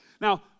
Now